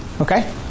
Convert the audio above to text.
Okay